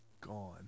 gone